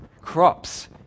crops